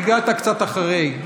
הגעת קצת אחרי.